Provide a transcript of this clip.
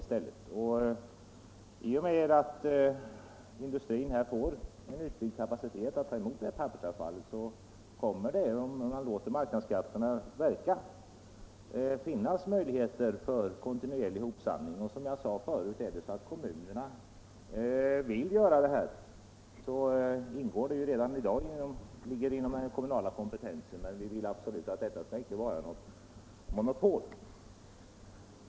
I och med att industrin får en utbyggd kapacitet för att ta emot pappersavfall kommer det —- om man låter marknadskrafterna verka — att finnas möjligheter för kontinuerlig hopsamling. Jag påpekade förut, att är det så att kommunerna vill göra detta, så ligger det redan i dag inom den kommunala kompetensen. Men vi vill absolut inte att det skall vara något monopol.